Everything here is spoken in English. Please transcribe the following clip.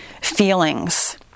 feelings